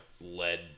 led